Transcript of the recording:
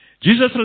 Jesus